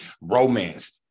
romance